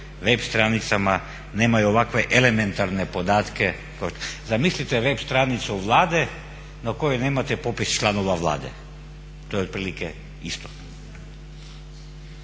web stranicama nemaju ovakve elementarne podatke. Zamislite web stranicu Vlade na kojoj nemate popis članova Vlade. To je otprilike isto.